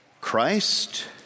Christ